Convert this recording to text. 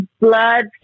blood